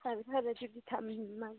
ꯐꯔꯦ ꯐꯔꯦ ꯑꯗꯨꯗꯤ ꯊꯝꯃꯒꯦ